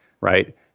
Right